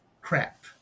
crap